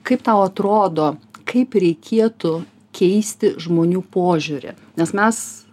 kaip tau atrodo kaip reikėtų keisti žmonių požiūrį nes mes